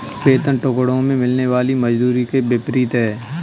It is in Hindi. वेतन टुकड़ों में मिलने वाली मजदूरी के विपरीत है